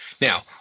Now